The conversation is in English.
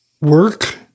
work